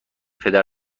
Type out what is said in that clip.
پدر